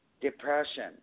depression